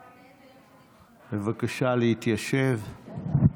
בבקשה, להתיישב.